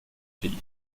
pays